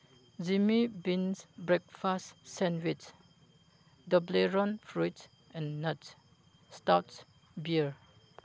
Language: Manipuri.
ꯖꯤꯃꯤ beans breakfast sandwich Toblerone fruits and nuts stouts beer